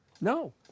No